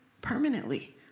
permanently